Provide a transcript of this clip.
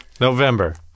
November